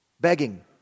Begging